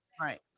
Right